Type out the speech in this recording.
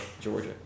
Georgia